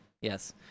yes